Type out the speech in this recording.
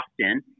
often